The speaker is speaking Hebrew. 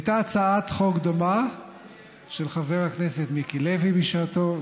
הייתה הצעת חוק דומה של חבר הכנסת מיקי לוי בשעתו,